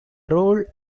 role